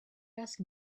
ask